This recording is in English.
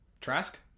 Trask